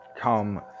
come